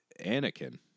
Anakin